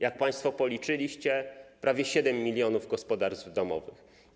Jak państwo policzyliście, chodzi o prawie 7 mln gospodarstw domowych.